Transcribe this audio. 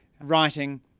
writing